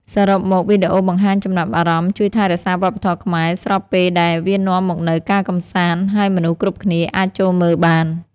សរុបមក វីដេអូបង្ហាញចំណាប់អារម្មណ៍ជួយថែរក្សាវប្បធម៌ខ្មែរ ស្របពេលដែលវានាំមកនូវការកម្សាន្ត ហើយមនុស្សគ្រប់គ្នាអាចចូលមើលបាន។